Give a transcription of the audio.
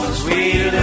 sweet